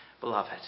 beloved